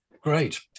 Great